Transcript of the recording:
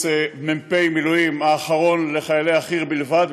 מ"פים מילואים האחרון לחיילי החי"ר בלבד,